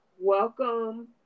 Welcome